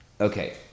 Okay